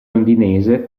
londinese